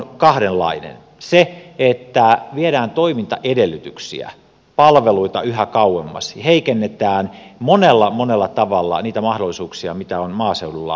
ensimmäinen asia on se että viedään toimintaedellytyksiä palveluita yhä kauemmaksi heikennetään monella monella tavalla mahdollisuuksia elää maaseudulla